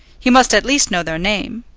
he must at least know their name?